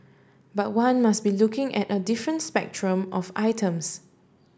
but one must be looking at a different spectrum of items